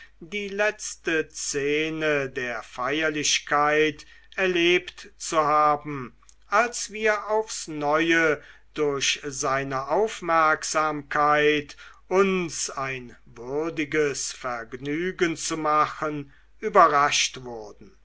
die letzte szene der feierlichkeit erlebt zu haben als wir aufs neue durch seine aufmerksamkeit uns ein würdiges vergnügen zu machen überrascht wurden